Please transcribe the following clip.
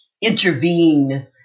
intervene